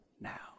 now